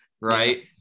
right